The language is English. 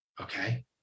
Okay